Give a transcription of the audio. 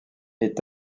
est